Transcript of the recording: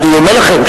אני אומר לכם,